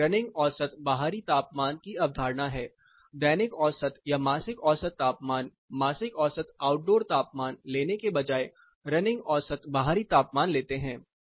यहाँ रनिंग औसत बाहरी तापमान की अवधारणा है दैनिक औसत या मासिक औसत तापमान मासिक औसत आउटडोर तापमान लेने के बजाय रनिंग औसत बाहरी तापमान लेते हैं